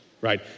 Right